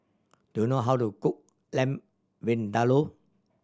do you know how to cook Lamb Vindaloo